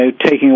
taking